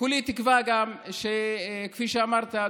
כולי תקווה שכפי שאמרת,